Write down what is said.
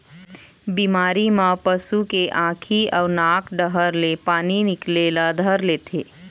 बिमारी म पशु के आँखी अउ नाक डहर ले पानी निकले ल धर लेथे